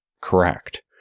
correct